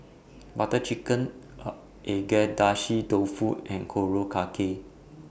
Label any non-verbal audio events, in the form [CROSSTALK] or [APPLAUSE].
Butter Chicken [UNINTELLIGIBLE] Agedashi Dofu and Korokke